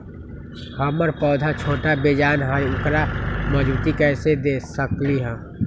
हमर पौधा छोटा बेजान हई उकरा मजबूती कैसे दे सकली ह?